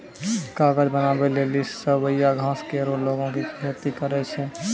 कागज बनावै लेलि सवैया घास केरो लोगें खेती करै छै